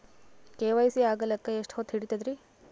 KYC ಆಗಲಕ್ಕ ಎಷ್ಟ ಹೊತ್ತ ಹಿಡತದ್ರಿ?